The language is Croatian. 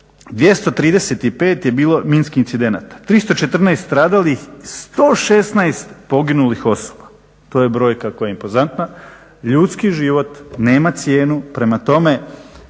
235 je bilo minskih incidenata, 314 stradalih, 116 poginulih osoba, to je brojka koja je impozantna. Ljudski život nema cijenu, prema tome